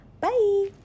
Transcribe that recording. Bye